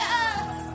Yes